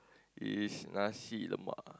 is nasi-lemak